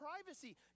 privacy